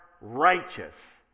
righteous